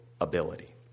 ability